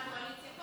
הקואליציה,